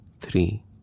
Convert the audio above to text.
three